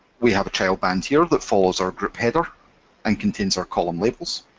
we have a child band here that follows our group header and contains our column labels.